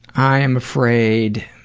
i'm afraid,